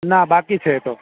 ના બાકી છે એ તો